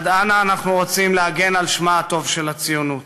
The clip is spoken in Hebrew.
עד אנה אנו רוצים להגן על שמה הטוב של הציונות?